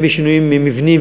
הן בשינויים מבניים